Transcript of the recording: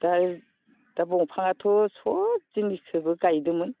दा दा दंफांआथ' सब जिनिसखौबो गायदोंमोन